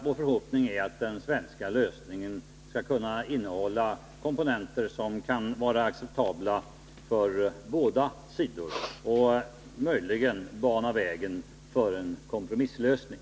Vår förhoppning är att den svenska lösningen skall kunna innehålla komponenter som kan vara acceptabla för båda sidor och möjligen bana vägen för en kompromisslösning.